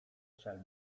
strzelbę